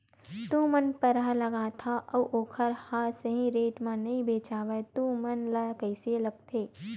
तू मन परहा लगाथव अउ ओखर हा सही रेट मा नई बेचवाए तू मन ला कइसे लगथे?